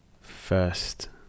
first